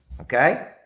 Okay